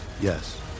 Yes